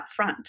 upfront